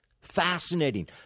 Fascinating